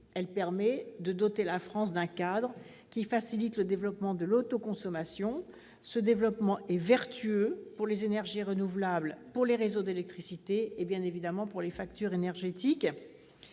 Elle permet de doter la France d'un cadre qui facilite le développement de l'autoconsommation. Ce développement est vertueux pour les énergies renouvelables, les réseaux d'électricité et, bien évidemment, les factures énergétiques.